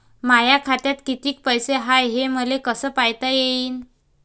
माया खात्यात कितीक पैसे हाय, हे मले कस पायता येईन?